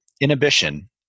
inhibition